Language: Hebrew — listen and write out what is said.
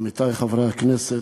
עמיתי חברי הכנסת,